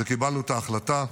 וקיבלנו את ההחלטה,